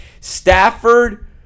Stafford